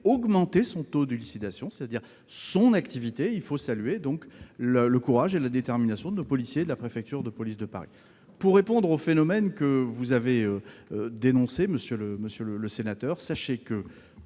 augmenté son taux d'élucidation, c'est-à-dire son activité. Il convient donc de saluer le courage et la détermination de nos policiers et de la préfecture de police de Paris. Tout à fait ! Pour répondre au phénomène que vous avez dénoncé, monsieur le sénateur, sachez que,